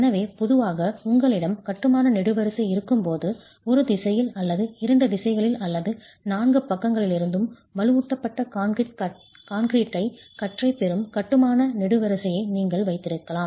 எனவே பொதுவாக உங்களிடம் கட்டுமான நெடுவரிசை இருக்கும்போது ஒரு திசையில் அல்லது இரண்டு திசைகளில் அல்லது நான்கு பக்கங்களிலிருந்தும் வலுவூட்டப்பட்ட கான்கிரீட் கற்றை பெறும் கட்டுமான நெடுவரிசையை நீங்கள் வைத்திருக்கலாம்